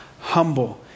humble